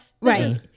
right